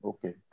Okay